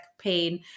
pain